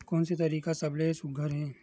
कोन से तरीका का सबले सुघ्घर हे?